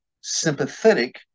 sympathetic